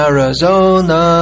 Arizona